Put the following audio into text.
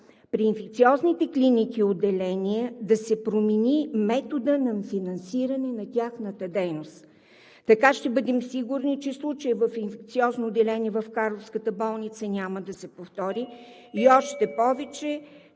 при инфекциозните клиники и отделения да се промени методът на финансиране на тяхната дейност. Така ще бъдем сигурни, че случаят с инфекциозното отделение в карловската болница няма да се повтори. Още повече,